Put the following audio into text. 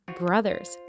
brothers